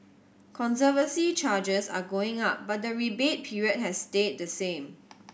conservancy charges are going up but the rebate period has stayed the same